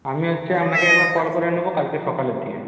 আমি হচ্ছে আপনাকে একবার কল করে নেব কালকে সকালের দিকে